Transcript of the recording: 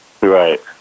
Right